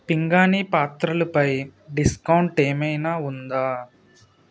పింగాణీ పాత్రలు పై డిస్కౌంట్ ఏమైనా ఉందా